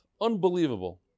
Unbelievable